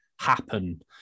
happen